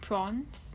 prawns